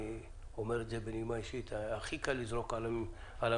אומר את זה בנימה אישית הכי קל לזרוק על הממשלה,